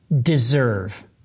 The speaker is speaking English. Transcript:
deserve